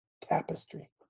tapestry